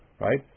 right